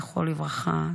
זכרו לברכה,